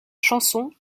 chanson